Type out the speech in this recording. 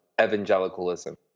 evangelicalism